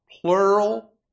plural